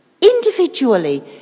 individually